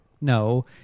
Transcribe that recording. No